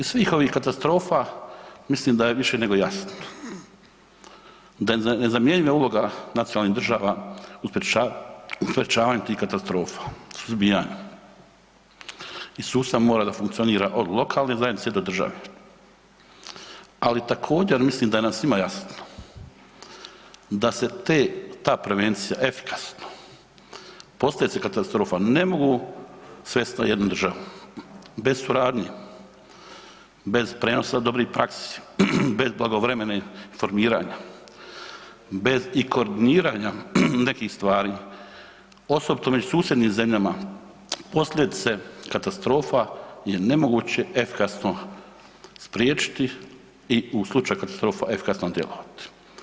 Iz svih ovih katastrofa mislim da je više nego jasno, da je nezamjenjiva uloga nacionalnih država u sprečavanju tih katastrofa, suzbijanju i sustav mora da funkcionira od lokalne zajednice do države, ali također mislim da nam je svima jasno da se te, ta prevencija, efikasno posljedice katastrofa ne mogu svest na jednu državu bez suradnje, bez prijenosa dobrih praksi, bez blagovremenog informiranja, bez i koordiniranja nekih stvari, osobito među susjednim zemljama, posljedice katastrofa je nemoguće efikasno spriječiti i u slučaju katastrofa efikasno djelovati.